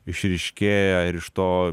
išryškėja ir iš to